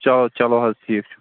چلو چلو حظ ٹھیٖک چھُ